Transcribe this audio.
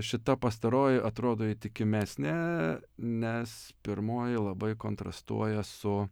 šita pastaroji atrodo įtikimesnė nes pirmoji labai kontrastuoja su